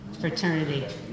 fraternity